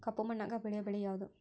ಕಪ್ಪು ಮಣ್ಣಾಗ ಬೆಳೆಯೋ ಬೆಳಿ ಯಾವುದು?